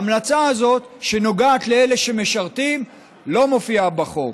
ההמלצה הזאת, שנוגעת לאלה שמשרתים לא מופיעה בחוק.